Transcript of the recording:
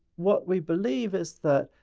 what we believe is that